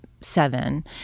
Seven